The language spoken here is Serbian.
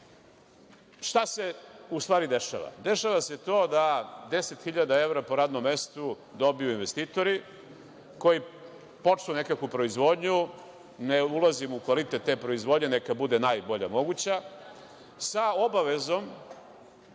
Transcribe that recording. se u stvari dešava? Dešava se to da 10.000 eura po radnom mestu dobiju investitori koji počnu nekakvu proizvodnju, ne ulazim u kvalitet te proizvodnje, neka bude najbolje moguća, sa obavezom